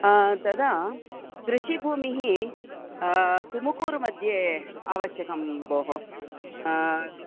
तदा कृषिभूमिः तुमुकूरुमध्ये आवश्यकं भोः